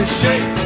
shake